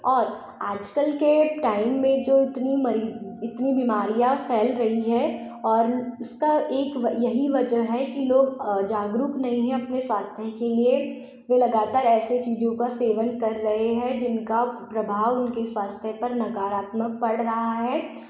और आजकल के टाइम में जो इतनी मरी इतनी बीमारियाँ फैल रही है और इसका एक व यही वजह है कि लोग जागरूक नहीं है अपने स्वास्थय के लिए वे लगातार ऐसे चीज़ों का सेवन कर रहे हैं जिनका प्रभाव उनके स्वास्थय पर नकारात्मक पड़ रहा है